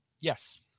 Yes